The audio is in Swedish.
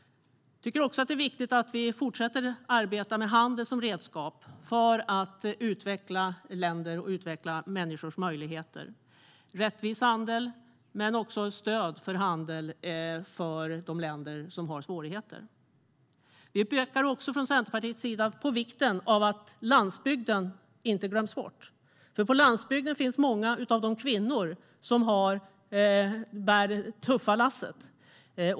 Jag tycker att det är viktigt att vi fortsätter att arbeta med handel som redskap för att utveckla länder och människors möjligheter. Vi vill ha rättvis handel, men också stöd för de länder som har svårigheter. Vi pekar från Centerpartiets sida på vikten av att landsbygden inte glöms bort. På landsbygden finns många av de kvinnor som bär det tuffa lasset.